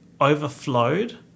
overflowed